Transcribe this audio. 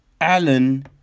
Alan